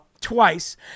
twice